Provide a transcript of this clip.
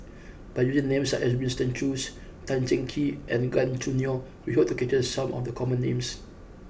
by using names such as Winston Choos Tan Cheng Kee and Gan Choo Neo we hope to capture some of the common names